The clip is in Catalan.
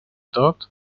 tot